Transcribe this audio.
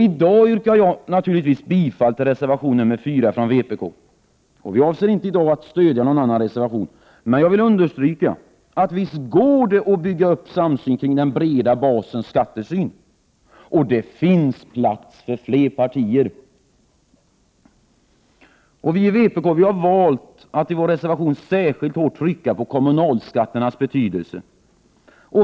I dag yrkar jag naturligtvis bifall till reservation nr 4 från vpk. Vi avser inte att i dag stödja någon annan reservation. Men jag vill understryka att det går att bygga upp en samsyn kring den breda basens skattesyn. Och det finns plats för fler partier! Vi i vpk har valt att i vår reservation särskilt hårt trycka på kommunalskatternas betydelse.